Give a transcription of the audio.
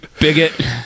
bigot